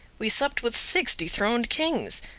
we supped with six dethroned kings,